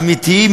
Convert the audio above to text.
אמיתיים,